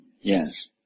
Yes